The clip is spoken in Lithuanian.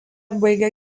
baigė